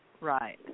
Right